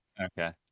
Okay